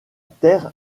terre